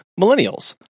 millennials